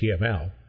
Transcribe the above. HTML